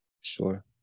sure